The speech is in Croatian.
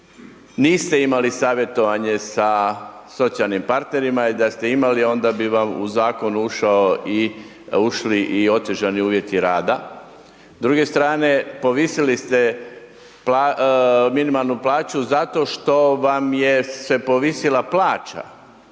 niste imali savjetovanje sa socijalnim partnerima i da ste imali onda bi vam u zakon ušli i otežani uvjeti rada. S druge strane povisili ste minimalnu plaću zato što vam je se povisila plaća